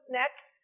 next